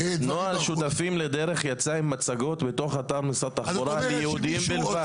נוהל שותפים לדרך יצא עם מצגות בתוך משרד התחבורה ליהודים בלבד.